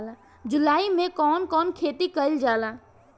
जुलाई मे कउन कउन खेती कईल जाला?